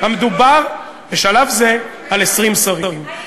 מדובר בשלב זה על 20 שרים.